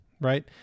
right